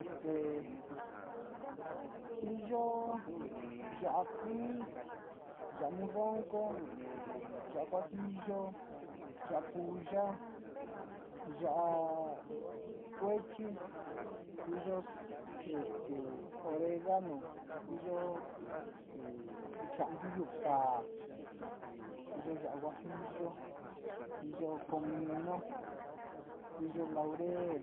Este iyo, ya´a kuti, ya´a morrongo ya´a guajillo, ya´a palo ya´a abachi, iyo onegano, iyo yala yua, nteyaa ka´a iyo ya´a guajillo, iyo camino, iyo laurel,